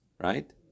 right